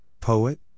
poet